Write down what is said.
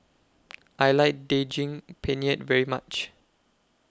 I like Daging Penyet very much